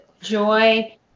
joy